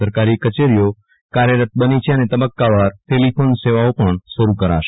સરકારી કચેરીઓ કાર્યરત બની છે અને તબક્કાવાર ટેલીફોન સેવાઓ પણ શરૂ કરાશે